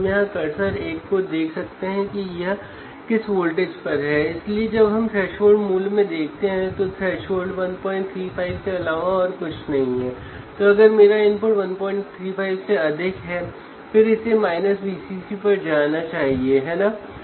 यहां R2 एक short circuit है R1 ओपन सर्किट है